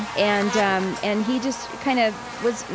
and um and he just kind of was,